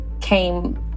came